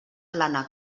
plana